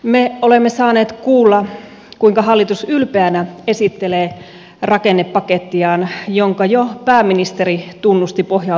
me olemme saaneet kuulla kuinka hallitus ylpeänä esittelee rakennepakettiaan jonka jo pääministeri tunnusti pohjautuvan uskomuksiin